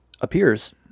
appears